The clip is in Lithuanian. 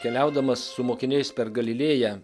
keliaudamas su mokiniais per galilėją